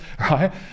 right